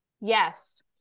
Yes